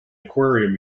aquarium